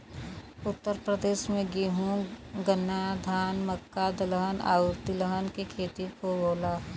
उत्तर प्रदेश में गेंहू, गन्ना, धान, मक्का, दलहन आउर तिलहन के खेती खूब होला